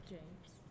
James